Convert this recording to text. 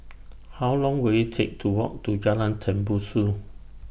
How Long Will IT Take to Walk to Jalan Tembusu